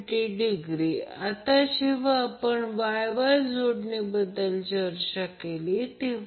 या सगळ्या गोष्टी आपण फेजर आकृतीमध्ये बनवल्या आहेत VabVbcVcaया सगळ्या गोष्टी तिथे आहेत